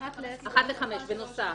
אחת לחמש בנוסף.